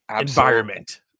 environment